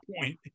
point